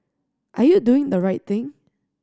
are you doing the right thing